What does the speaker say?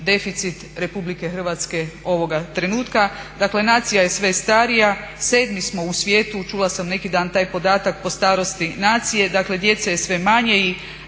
deficit RH ovoga trenutka. Dakle nacija je sve starija, sedmi smo u svijetu, čula sam neki dan taj podatak po starosti nacije, dakle djece je sve manje i